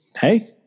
hey